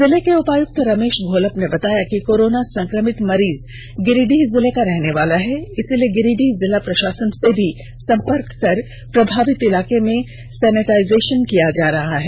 जिले के उपायुक्त रमेश घोलप ने बताया कि कोरोना संक्रमित मरीज गिरिडीह जिले का रहने वाला है इसलिए गिरिडीह जिला प्रशासन से भी संपर्क कर प्रभावित इलाकों में सैनिटाइजेशन किया जा रहा है